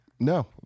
No